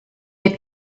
had